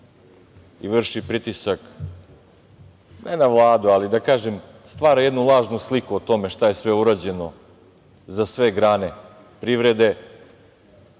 i vrši pritisak ne na Vladu ali stvara jednu lažnu sliku o tome šta je sve urađeno za sve grane privrede,